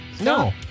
no